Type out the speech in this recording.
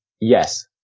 yes